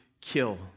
kill